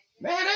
man